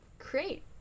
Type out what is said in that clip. create